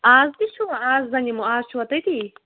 آز تہِ چھُوا آز زَنہٕ یِمَو آز چھُوا تٔتی